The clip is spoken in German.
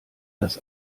das